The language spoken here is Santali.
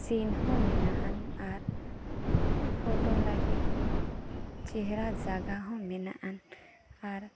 ᱥᱤᱱᱦᱚᱸ ᱢᱮᱱᱟᱜᱼᱟ ᱟᱨ ᱯᱷᱚᱴᱚ ᱞᱟᱹᱜᱤᱫ ᱪᱮᱦᱨᱟ ᱡᱟᱭᱜᱟ ᱦᱚᱸ ᱢᱮᱱᱟᱜᱼᱟ ᱟᱨ